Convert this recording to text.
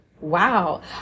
wow